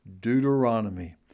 Deuteronomy